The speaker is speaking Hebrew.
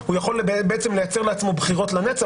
הוא יכול לייצר לעצמו בחירות לנצח,